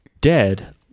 dead